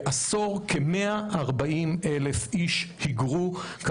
כ-140 אלף איש היגרו בעשור,